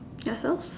yourself